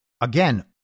Again